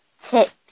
Tips